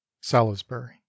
Salisbury